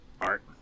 art